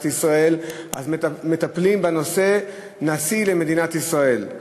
ישראל מטפלים בנושא: נשיא למדינת ישראל.